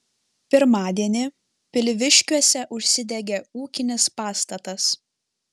pirmadienį pilviškiuose užsidegė ūkinis pastatas